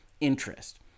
interest